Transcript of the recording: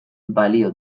balio